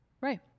right